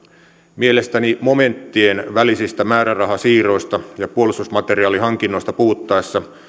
mielestäni momenttien välisistä määrärahasiirroista ja puolustusmateriaalihankinnoista puhuttaessa